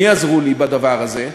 מי עזר לי בדבר הזה?